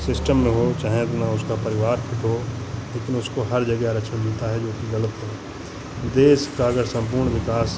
system में हो चाहे जितना उसका परिवार हो लेकिन उसे हर जगह आरक्षण मिलता है जोकि ग़लत है देश का अगर सम्पूर्ण विकास